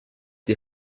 die